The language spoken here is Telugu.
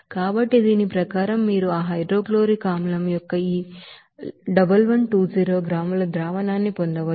కాబట్టి దాని ప్రకారం మీరు ఆ హైడ్రోక్లోరిక్ ఆమ్లం యొక్క ఈ 1120 గ్రాముల సొల్యూషన్ న్ని పొందవచ్చు